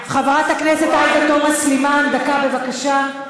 חברת הכנסת עאידה תומא סלימאן, דקה, בבקשה.